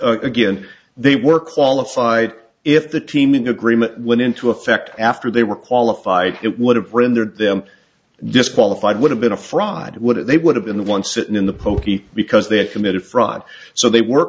again they were qualified if the team in agreement went into effect after they were qualified it would have rendered them just qualified would have been a fraud would or they would have been the one sitting in the pokey because they had committed fraud so they were